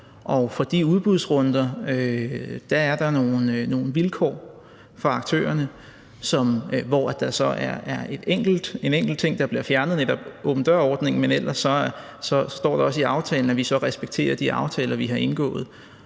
Og for de udbudsrunder er der nogle vilkår for aktørerne, hvor der så er en enkelt ting, der bliver fjernet, netop åben dør-ordningen. Men ellers står der også i aftalen, at vi så respektere de aftaler, vi har indgået.